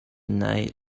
night